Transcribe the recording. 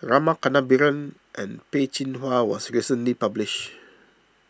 Rama Kannabiran and Peh Chin Hua was recently published